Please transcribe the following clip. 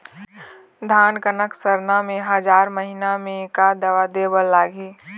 धान कनक सरना मे हजार महीना मे का दवा दे बर लगही?